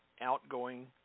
outgoing